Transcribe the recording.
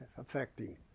affecting